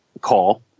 call